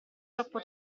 troppo